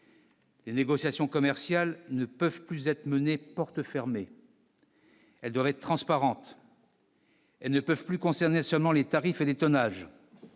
Les négociations commerciales ne peuvent plus être menée porte fermée. Elles doivent être transparentes. Et ne peuvent plus concernait seulement les tarifs et les tonnages.